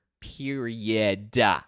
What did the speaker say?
period